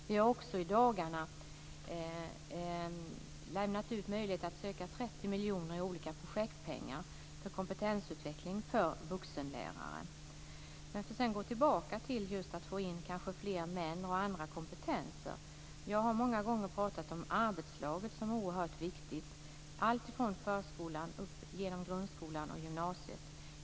Vi har i dagarna lämnat ut möjlighet att söka 30 miljoner i olika projektpengar för kompetensutveckling för vuxenlärare. Sedan går jag tillbaks till att tala om hur man får in fler män och andra kompetenser. Jag har många gånger pratat om arbetslaget som oerhört viktigt. Det gäller alltifrån förskolan upp igenom grundskolan till gymnasiet.